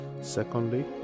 secondly